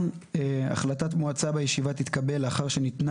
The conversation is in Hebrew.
החלטת מועצה בישיבה תתקבל לאחר שניתנה